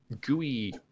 gooey